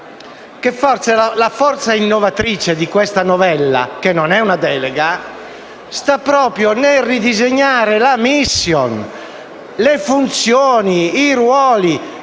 la forza innovatrice di questa novella, che non è una delega, sta proprio nel ridisegnare la *mission*, le funzioni e i ruoli,